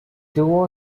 duo